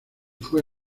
fue